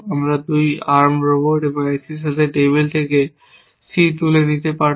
তারপর 2 arm robot একই সাথে টেবিল থেকে C তুলে নিতে পারত